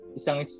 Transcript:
isang